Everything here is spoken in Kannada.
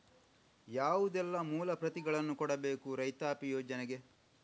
ಯಾವುದೆಲ್ಲ ಮೂಲ ಪ್ರತಿಗಳನ್ನು ಕೊಡಬೇಕು ರೈತಾಪಿ ಯೋಜನೆಗೆ?